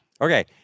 Okay